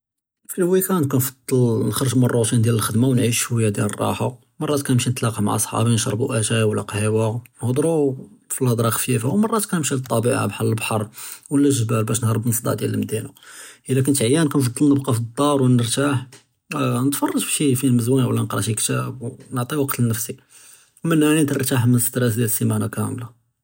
אָה אָה פַלְוִיקַּאנְד כַּאנְפַדַּל נְخְרֶג מַלְרוּטִין דִּיַאל אֶלְחֻ'דְמָה וְנְעַיִש שְוּיַّا דִּיַאל אֶלְרָּחָה, מְרַאת כַּאנְמְשִי תְּלַאתָה מְעַא ṣְحָאבִי נְשְרְבּוּ אֻתַאי וְלָא קַהְוָה, נְהַדְרוּ פִּלְהֻדְרָה חְ'פִيفָה וּמְרַאת כַּאנְמְשִי לָא אֶלְטַּבִּיעָה בְּחַל אֶלְבַּחְר וְלָא אֶלְגְּבָּאל בַּש נְהַרְבּ מַלְصַּדَى דִּיַאל אֶלְמְדִינָה, אִי קִנְת עַיַּان כַּאנְפַדַּל נִبְקֶא פִּלְדַּאר וְנְרְתַּاح. אַה אַה נְתְפַרְג' פִּשִי פִּילְם זְוִין וְלָא נְקְרָא שִי كِتَاب, אַה נְعְטִי וַקְת לְנַפְסִי וּמִנְהּَا نְرְתַּاح מַלְאֶסْتֵرַار דִּיַאל סִימָאנָة כָּامְלָה.